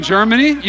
Germany